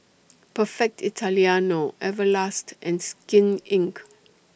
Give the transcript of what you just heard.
Perfect Italiano Everlast and Skin Inc